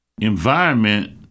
environment